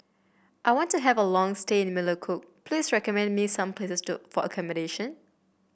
I want to have a long stay in Melekeok please recommend me some places to for accommodation